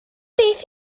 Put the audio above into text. beth